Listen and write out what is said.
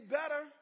better